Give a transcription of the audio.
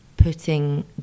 putting